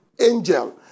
angel